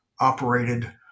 operated